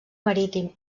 marítim